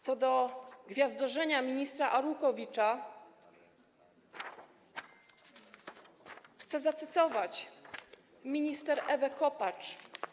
Co do gwiazdorzenia ministra Arłukowicza, chcę zacytować minister Ewę Kopacz.